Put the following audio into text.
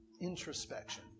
introspection